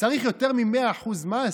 צריך יותר מ-100% אחוז מס?